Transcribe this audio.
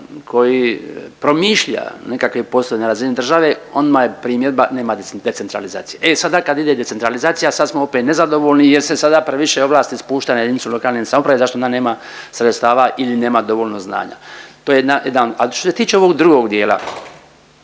koji promišlja nekakve poslove na razini države odma je primjedba nema decentralizacije. E sada kada ide decentralizacija sad smo opet nezadovoljni jer se sada previše ovlasti spušta na JLS za što ona nema sredstava ili nema dovoljno znanja. To je jedna, jedan…/Govornik se